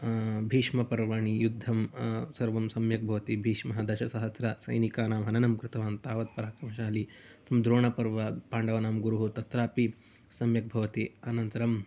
भीष्मपर्वणि युद्धं सर्वं सम्यक् भवति भीष्मः दशसहस्रसैनिकानां हननं कृतवान् तावात् परक्रमशाली द्रोणपर्व पाण्डवानां गुरुः तत्रापि सम्यक् भवति अनन्तरं